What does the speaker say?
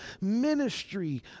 ministry